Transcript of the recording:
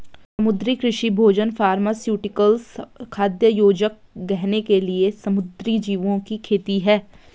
समुद्री कृषि भोजन फार्मास्यूटिकल्स, खाद्य योजक, गहने के लिए समुद्री जीवों की खेती है